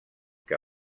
que